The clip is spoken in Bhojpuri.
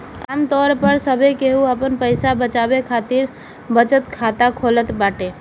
आमतौर पअ सभे केहू आपन पईसा रखे खातिर बचत खाता खोलत बाटे